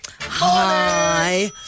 Hi